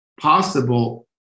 possible